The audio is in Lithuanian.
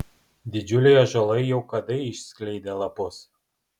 didžiuliai ąžuolai jau kadai išskleidė lapus